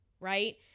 right